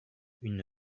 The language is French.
une